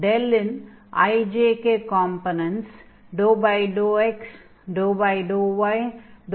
in i j k components ∂x ∂y ∂z ஆகும்